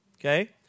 Okay